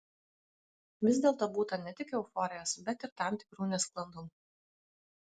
vis dėlto būta ne tik euforijos bet ir tam tikrų nesklandumų